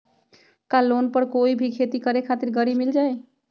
का लोन पर कोई भी खेती करें खातिर गरी मिल जाइ?